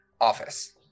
office